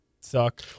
suck